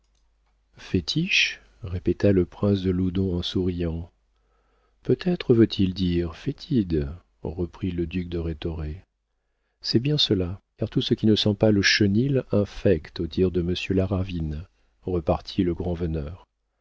fétiches répéta le prince de loudon en souriant peut-être veut-il dire fétides reprit le duc de rhétoré c'est bien cela car tout ce qui ne sent pas le chenil infecte au dire de monsieur laravine repartit le grand-veneur en